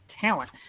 talent